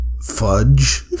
fudge